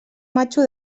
matxo